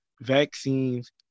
vaccines